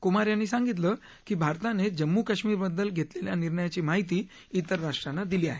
कुमार यांनी सांगितलं की भारताने जम्मू कश्मीर बद्दल घेतलेल्या निर्णयाची महिती त्रेर राष्ट्रांना दिली आहे